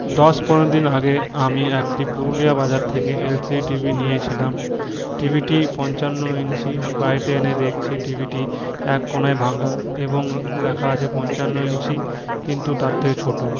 দশ পনেরো দিন আগে আমি একটি পুরুলিয়া বাজার থেকে এল সি ডি টিভি নিয়েছিলাম টিভিটি পঞ্চান্ন ইঞ্চি বাড়িতে এনে দেখছি টিভিটি এককোণায় ভাঙ্গা এবং লেখা আছে পঞ্চান্ন ইঞ্চি কিন্তু তার থেকে ছোটো